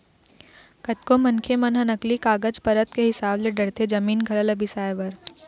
कतको मनखे मन ह नकली कागज पतर के हिसाब ले डरथे जमीन जघा ल बिसाए बर